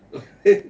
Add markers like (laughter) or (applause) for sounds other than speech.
(breath)